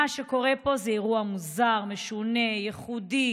מה שקורה פה זה אירוע מוזר, משונה, ייחודי